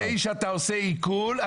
לפני שאתה עושה עיקול,